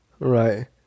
Right